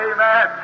Amen